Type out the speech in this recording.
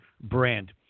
brand